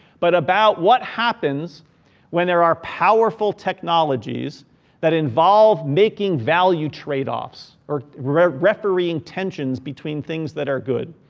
but about what happens when there are powerful technologies that involve making value trade offs or refereeing tensions between things that are good?